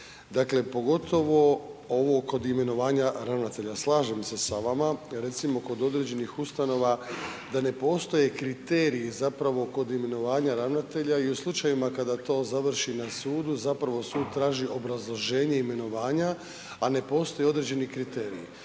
dakle pogotovo oko kod imenovanja ravnatelja. Slažem se sa vama, recimo kod određenih ustanova da ne postoje kriteriji zapravo kod imenovanja ravnatelja i u slučajevima kada to završi na sudu zapravo sud traži obrazloženje imenovanja, a ne postoje određeni kriteriji.